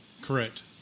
Correct